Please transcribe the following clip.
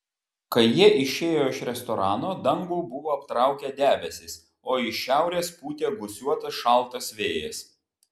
kai jie išėjo iš restorano dangų buvo aptraukę debesys o iš šiaurės pūtė gūsiuotas šaltas vėjas